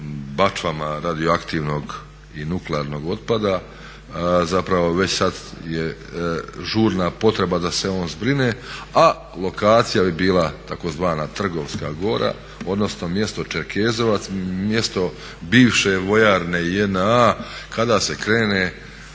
bačvama radioaktivnog i nuklearnog otpada zapravo već sad je žurna potreba da se on zbrine a lokacija bi bila tzv. Trgovska gora odnosno mjesto Čerkezovac, mjesto bivše vojarne JNA kada se krene